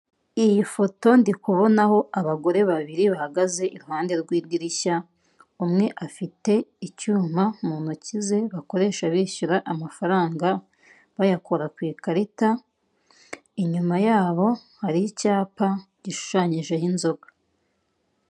Iyi foto ndikubonaho abagore babiri bahagaze iruhande rw'idirishya umwe afite icyuma mu ntoki ze bakoresha bishyura amafaranga bayakura ku ikarita inyuma yabo hari icyapa gishushanyijeho inzoga.